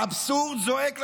האבסורד זועק לשמיים: